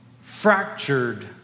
fractured